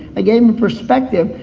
i gave him perspective,